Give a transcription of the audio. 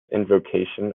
invocation